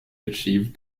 achieved